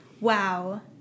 wow